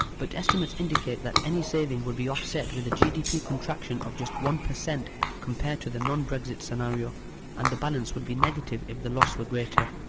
but estimates indicate that any saving would be offset with a gdp contraction of just one percent compared to the non-brexit scenario and the balance would be negative if the loss were greater.